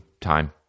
time